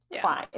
fine